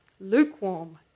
lukewarm